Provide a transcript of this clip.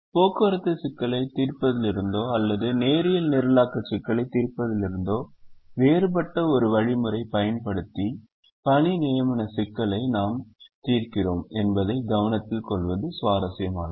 போக்குவரத்து சிக்கலைத் தீர்ப்பதிலிருந்தோ அல்லது நேரியல் நிரலாக்க சிக்கலைத் தீர்ப்பதிலிருந்தோ வேறுபட்ட ஒரு வழிமுறையைப் பயன்படுத்தி அசைன்மென்ட் நியமன சிக்கலை நாம் தீர்க்கிறோம் என்பதையும் கவனத்தில் கொள்வது சுவாரஸ்யமானது